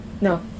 No